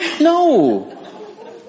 No